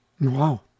Wow